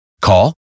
Call